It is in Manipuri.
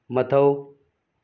ꯃꯊꯧ